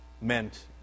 meant